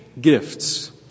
gifts